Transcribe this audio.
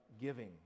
giving